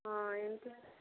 ହଁ ଏମିତି